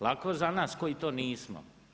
Lako za nas koji to nismo.